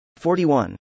41